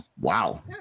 wow